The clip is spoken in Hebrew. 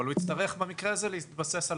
אבל הוא יצטרך במקרה הזה להתבסס על